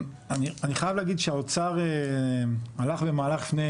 אני חייב להגיד שהאוצר הלך במהלך לפני